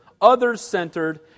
others-centered